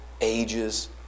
ages